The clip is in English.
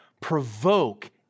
provoke